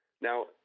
Now